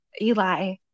Eli